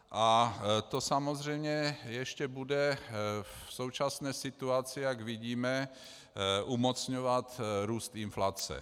A to samozřejmě ještě bude v současné situaci, jak vidíme, umocňovat růst inflace.